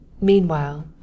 Meanwhile